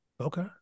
Okay